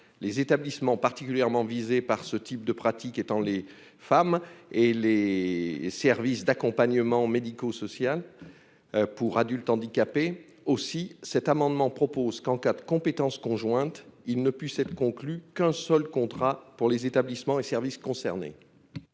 les établissements particulièrement visé par ce type de pratiques étant les femmes et les services d'accompagnement médico-social pour adultes handicapés aussi cet amendement propose qu'en cas de compétence conjointe, il ne puisse être conclu qu'un seul contrat pour les établissements et services concernés.